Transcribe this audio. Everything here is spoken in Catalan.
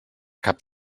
cap